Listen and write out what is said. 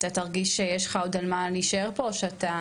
אתה תרגיש שיש לך עוד על מה להישאר פה או שאתה?